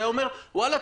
הוא היה אומר וואלה,